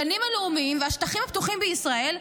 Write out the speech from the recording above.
הגנים הלאומיים והשטחים הפתוחים בישראל,